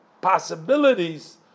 possibilities